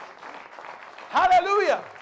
Hallelujah